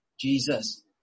Jesus